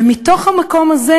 ומתוך המקום הזה,